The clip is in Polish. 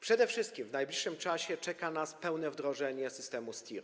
Przede wszystkim w najbliższym czasie czeka nas pełne wdrożenie systemu STIR.